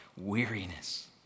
Weariness